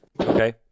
Okay